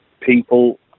people